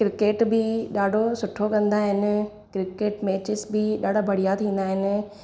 cricket बि ॾाढो सुठो कंदा आहिनि क्रिकेट मैचिस बि ॾाढा बढ़िया थींदा आहिनि